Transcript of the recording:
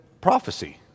prophecy